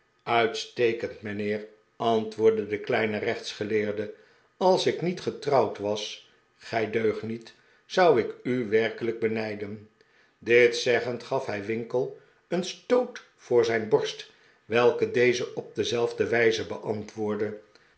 uitstekend mijnheer antwoordde de kleine rechtsgeleerde als ik niet gede pickwick club trouwd was gij deugniet zou ik u werkelijk benijden dit zeggend gaf hij winkle een stoot voor zijn borst welke deze op dezelfde wijze beantwoordde